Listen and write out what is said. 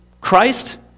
Christ